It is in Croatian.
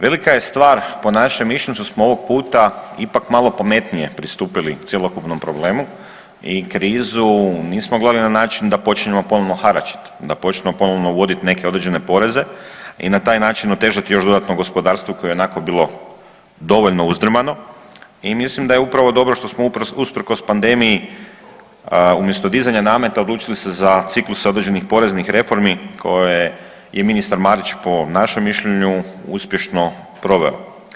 Velika je stvar po našem mišljenju, što smo ovog puta ipak malo pametnije pristupili cjelokupnom problemu i krizu nismo gledali na način da počnemo ponovno haračit, da počnemo ponovno uvodit neke određene poreze i na taj način otežati još dodatno gospodarstvo koje je i onako bilo dovoljno uzdrmano i mislim da je upravo dobro što smo usprkos pandemiji, umjesto dizanja nameta odlučili se za cikluse određenih poreznih reformi, koje je ministar Marić po našem mišljenju uspješno proveo.